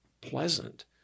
pleasant